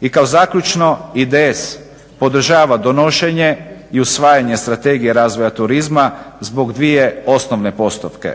I kao zaključno IDS podržava donošenje i usvajanje strategija razvoja turizma zbog dvije osnovne postavke.